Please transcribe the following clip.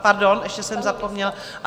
Pardon, ještě jsem zapomněla.